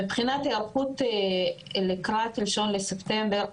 מבחינת היערכות לקראת 1 לספטמבר,